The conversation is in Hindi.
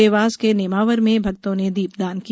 देवास के नेमावर में भक्तों ने दीपदान किया